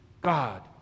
God